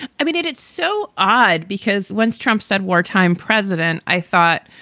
i mean, it it's so odd because once trump said wartime president, i thought,